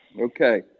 Okay